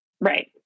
Right